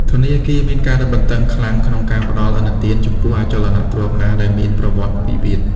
ធនាគារមានការរឹតបន្តឹងខ្លាំងក្នុងការផ្ដល់ឥណទាន ចំពោះអចលនទ្រព្យណាដែលមានប្រវត្តិវិវាទ។